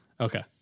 Okay